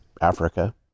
Africa